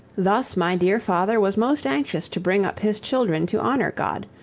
thus my dear father was most anxious to bring up his children to honor god.